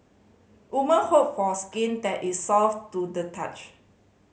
woman hope for skin that is soft to the touch